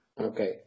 okay